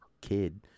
kid